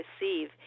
receive